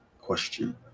question